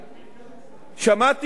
שמעתי את נאומכם המופלא,